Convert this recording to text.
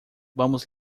vamos